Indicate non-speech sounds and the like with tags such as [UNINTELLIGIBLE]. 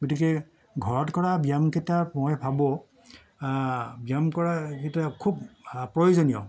গতিকে ঘৰত কৰা ব্যায়াম কেইটা মই ভাবোঁ ব্যায়াম কৰা [UNINTELLIGIBLE] খুব প্ৰয়োজনীয়